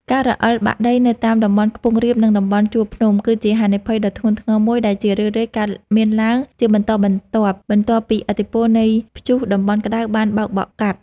ការរអិលបាក់ដីនៅតាមតំបន់ខ្ពង់រាប និងតំបន់ជួរភ្នំ គឺជាហានិភ័យដ៏ធ្ងន់ធ្ងរមួយដែលជារឿយៗកើតមានឡើងជាបន្តបន្ទាប់បន្ទាប់ពីឥទ្ធិពលនៃព្យុះតំបន់ក្ដៅបានបោកបក់កាត់។